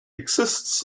exists